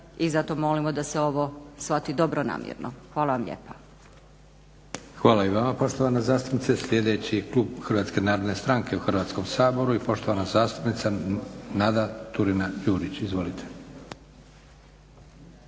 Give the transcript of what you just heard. i zato molimo da se ovo shvati dobronamjerno. Hvala vam lijepa. **Leko, Josip (SDP)** Hvala i vama poštovana zastupnice. Sljedeći je klub HNS-a u Hrvatskom saboru i poštovana zastupnica Nada Turina-Đurić. Izvolite.